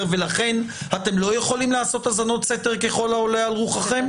ולכן אתם לא יכולים לעשות האזנות סתר ככל העולה על רוחכם?